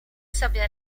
sobie